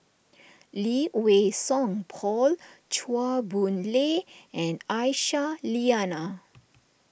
Lee Wei Song Paul Chua Boon Lay and Aisyah Lyana